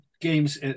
games